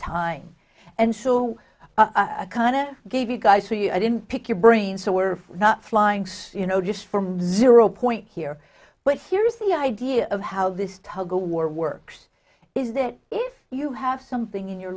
time and so kind of give you guys for you i didn't pick your brain so we're not flying you know just from zero point here but here is the idea of how this tug of war works is that if you have something in your